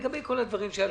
לגבי כל הדברים שעלו,